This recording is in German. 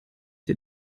der